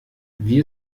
wie